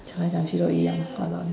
讲来讲去都一样:jiang like jiang qu dou yi yang walao